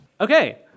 Okay